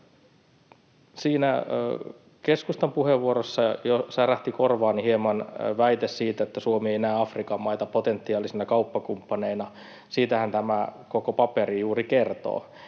keskustan puheenvuorossa jo särähti korvaani hieman väite siitä, että Suomi ei näe Afrikan maita potentiaalisina kauppakumppaneina. Siitähän tämä koko paperi juuri kertoo,